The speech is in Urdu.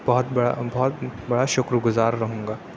بہت بڑا بہت بڑا شکر گزار رہوں گا